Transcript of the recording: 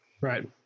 Right